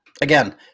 again